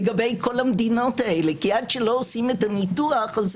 לגבי כל המדינות האלה כי עד שלא עושים את הניתוח הזה,